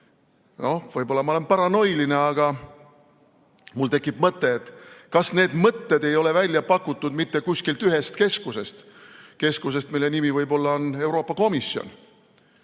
Võib-olla ma olen paranoiline, aga mul tekib mõte, et kas need mõtted ei ole mitte välja pakutud kuskilt ühest keskusest, keskusest, mille nimi võib-olla on Euroopa Komisjon,